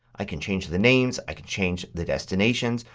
i can change the names. i can change the destinations.